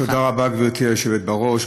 תודה רבה, גברתי היושבת בראש.